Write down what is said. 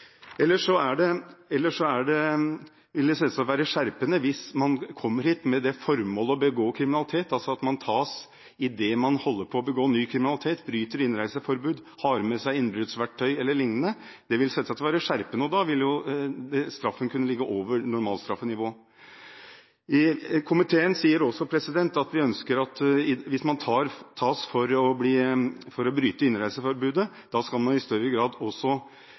man tas idet man holder på å begå ny kriminalitet, bryter innreiseforbud, har med seg innbruddsverktøy e.l. Dette vil selvsagt være skjerpende, og da vil straffen kunne ligge over normalstraffenivå. Kommunal- og forvaltningskomiteen sier også at den ønsker at hvis man tas for å bryte innreiseforbudet, skal man i større grad